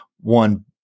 one